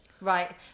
Right